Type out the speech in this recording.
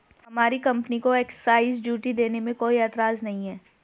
हमारी कंपनी को excise duty देने में कोई एतराज नहीं है